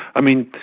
i mean,